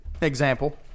Example